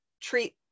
treat